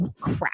crap